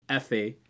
FA